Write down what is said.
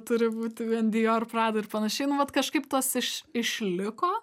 turi būti vien dior prada ir panašiai nu vat kažkaip tas iš išliko